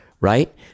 right